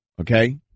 okay